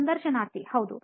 ಸಂದರ್ಶನಾರ್ಥಿ ಹೌದು